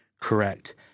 correct